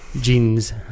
jeans